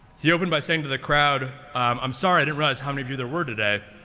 he opened by saying to the crowd, i'm sorry. i didn't realize how many of you there were today.